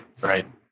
Right